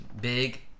Big